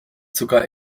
sogar